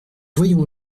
voyons